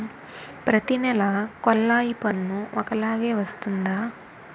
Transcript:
ప్రతి నెల కొల్లాయి పన్ను ఒకలాగే వస్తుందా?